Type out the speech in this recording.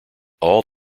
all